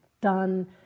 done